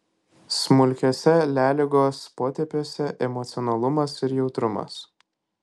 smulkiuose leliugos potėpiuose emocionalumas ir jautrumas